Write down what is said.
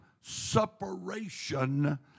separation